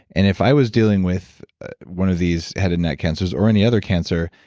and if i was dealing with one of these head and neck cancers or any other cancer,